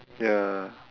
ya